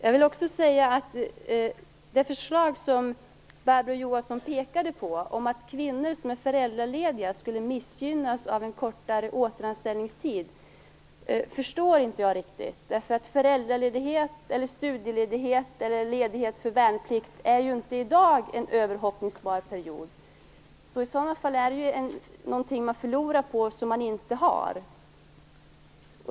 Jag förstår inte riktigt det Barbro Johansson säger, att kvinnor som är föräldralediga skulle missgynnas av en kortare återanställningstid. Föräldraledighet, studieledighet eller ledighet för värnplikt är ju inte i dag en överhoppningsbar period. I sådana fall är det ju något man förlorar på som man inte har.